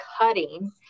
cutting